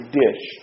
dish